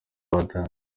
batanze